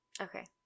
Okay